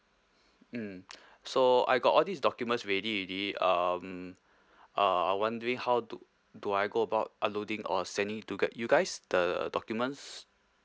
mm so I got all these documents ready already um uh wondering how do do I go about uploading or sending it to g~ you guys the documents